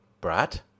Brad